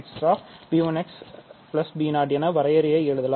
b1x b0 என வரையறையை எழுதலாம்